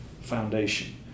foundation